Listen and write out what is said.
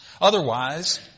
Otherwise